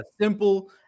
simple